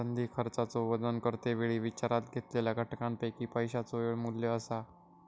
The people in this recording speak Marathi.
संधी खर्चाचो वजन करते वेळी विचारात घेतलेल्या घटकांपैकी पैशाचो येळ मू्ल्य असा